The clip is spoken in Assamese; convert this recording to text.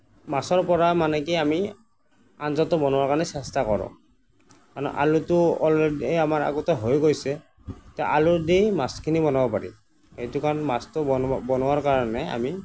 মাছৰ পৰা মানে কি আমি আঞ্জাটো বনোৱাৰ কাৰণে চেষ্টা কৰোঁ মানে আলুটো অলৰেডি আমাৰ আগতে হৈ গৈছে তেতিয়া আলু দি মাছখিনি বনাব পাৰি সেইটো কাৰণ মাছটো বনো বনোৱাৰ কাৰণে আমি